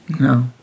No